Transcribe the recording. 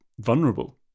vulnerable